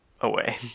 away